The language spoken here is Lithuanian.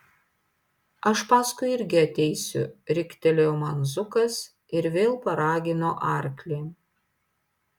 aš paskui irgi ateisiu riktelėjo man zukas ir vėl paragino arklį